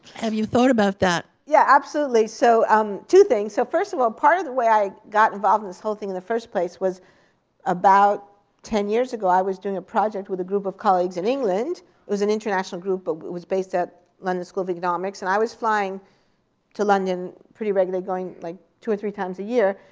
have you thought about that? yeah, absolutely. so um two things. so first of all, part of the way i got involved in this whole thing in the first place was about ten years ago, i was doing a project with a group of colleagues in england. it was an international group but that was based at london school of economics, and i was flying to london pretty regularly going like two or three times a year.